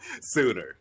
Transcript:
sooner